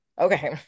Okay